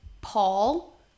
Paul